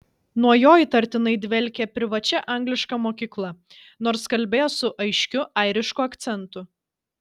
nuo jo įtartinai dvelkė privačia angliška mokykla nors kalbėjo su aiškiu airišku akcentu